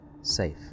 safe